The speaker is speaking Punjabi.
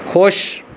ਖੁਸ਼